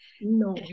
No